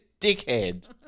dickhead